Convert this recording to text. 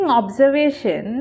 observation